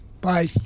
Bye